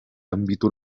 ámbito